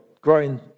growing